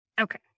Okay